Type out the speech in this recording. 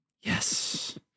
Yes